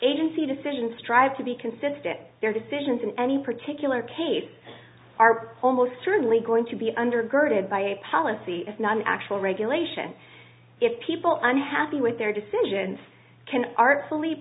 agency decision strive to be consistent with their decisions in any particular case are almost certainly going to be undergirded by a policy if not an actual regulation if people are unhappy with their decisions can art